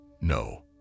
no